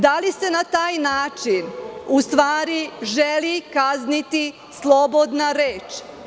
Da li se na taj način, u stvari, želi kazniti slobodna reč?